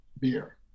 beer